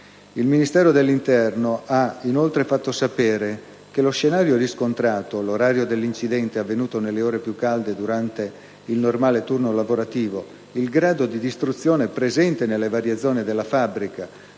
Il Ministero dell'interno ha, inoltre, fatto sapere che: «Lo scenario riscontrato, l'orario dell'incidente, avvenuto nelle ore più calde durante il turno lavorativo, il grado di distruzione presente nelle varie zone della fabbrica